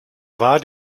war